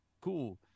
Cool